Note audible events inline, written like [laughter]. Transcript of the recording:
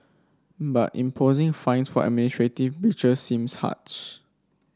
but imposing fines for [unintelligible] breaches seems harsh